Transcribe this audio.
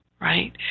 right